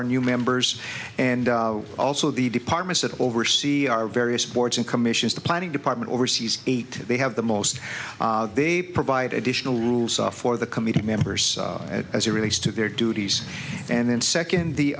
our new members and also the departments that oversee our various boards and commissions the planning department oversees eight they have the most they provide additional rules for the committee members as it relates to their duties and then second the